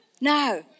No